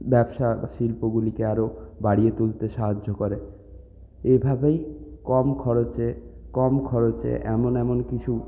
ব্যবসা শিল্পগুলিকে আরও বাড়িয়ে তুলতে সাহায্য করে এভাবেই কম খরচে কম খরচে এমন এমন কিছু